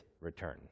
return